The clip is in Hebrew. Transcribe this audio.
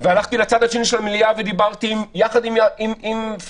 והלכתי לצד השני של המליאה ודיברתי עם פורר,